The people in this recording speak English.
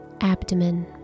abdomen